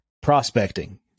prospecting